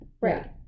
Right